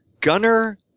Gunner